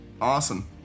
Awesome